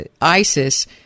ISIS